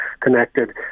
connected